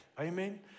Amen